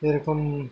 जेरखम